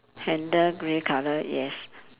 handle grey colour yes